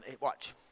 watch